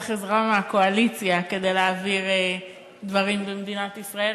צריך עזרה מהקואליציה כדי להעביר דברים במדינת ישראל,